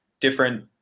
different